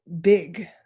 big